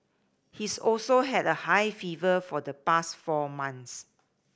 he's also had a high fever for the past four months